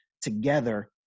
together